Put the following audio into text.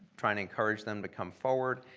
trying to encourage them to come forward.